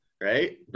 right